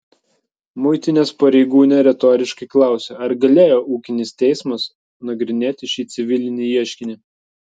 muitinės pareigūnė retoriškai klausia ar galėjo ūkinis teismas nagrinėti šį civilinį ieškinį